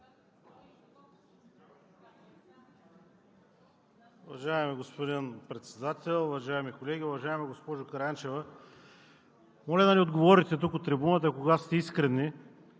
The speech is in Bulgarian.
Уважаеми господин Председател, уважаеми колеги! Уважаема госпожо Караянчева, моля да ни отговорите от трибуната кога сте искрени